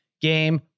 game